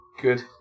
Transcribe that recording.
good